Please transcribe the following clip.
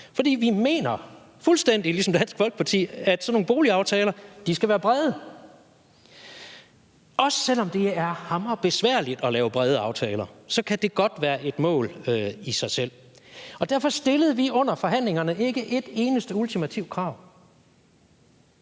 for vi mener, fuldstændig ligesom Dansk Folkeparti, at sådan nogle boligaftaler skal være brede. Selv om det er hammerbesværligt at lave brede aftaler, kan det godt være et mål i sig selv. Derfor stillede vi under forhandlingerne ikke et eneste ultimativt krav